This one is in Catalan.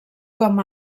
com